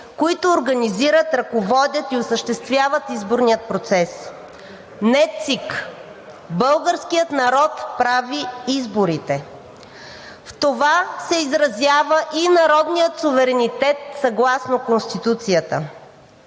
които организират, ръководят и осъществяват изборния процес. Не ЦИК, българският народ прави изборите. В това се изразява и народният суверенитет съгласно Конституцията.